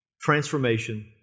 Transformation